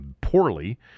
poorly